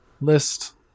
list